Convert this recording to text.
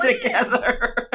together